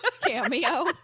Cameo